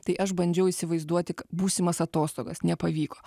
tai aš bandžiau įsivaizduoti k būsimas atostogas nepavyko